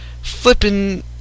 flipping